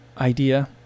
idea